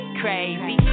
crazy